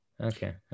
Okay